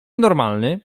normalny